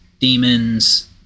demons